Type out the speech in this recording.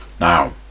Now